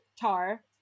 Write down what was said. tar